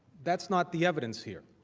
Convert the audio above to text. that's not the evidence here.